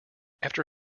after